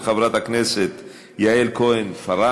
של חברת הכנסת יעל כהן-פארן.